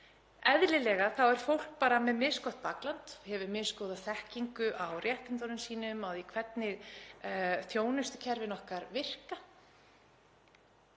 Eðlilega er fólk með misgott bakland og hefur misgóða þekkingu á réttindum sínum og því hvernig þjónustukerfin okkar virka.